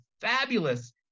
fabulous